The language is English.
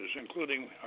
including